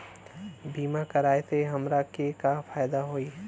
बीमा कराए से हमरा के का फायदा होई?